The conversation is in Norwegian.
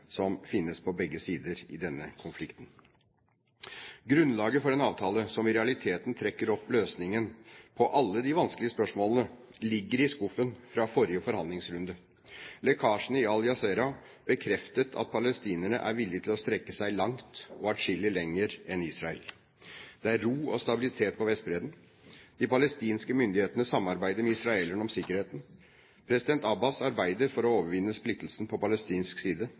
som finnes på begge sider i denne konflikten. Grunnlaget for en avtale som i realiteten trekker opp løsningen på alle de vanskelige spørsmålene, ligger i skuffen fra forrige forhandlingsrunde. Lekkasjene i Al-Jazeera bekreftet at palestinerne er villige til å strekke seg langt og atskillig lenger enn Israel. Det er ro og stabilitet på Vestbredden. De palestinske myndighetene samarbeider med israelerne om sikkerheten. President Abbas arbeider for å overvinne splittelsen på palestinsk side.